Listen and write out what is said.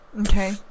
okay